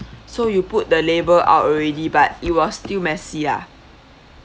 so you put the label out already but it was still messy lah